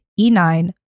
E9